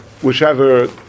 whichever